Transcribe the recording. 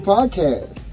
Podcast